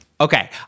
Okay